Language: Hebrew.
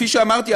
כפי שאמרתי,